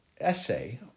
essay